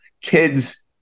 Kids